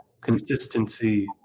consistency